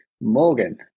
Morgan